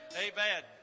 amen